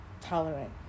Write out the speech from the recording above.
tolerant